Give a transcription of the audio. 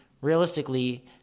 realistically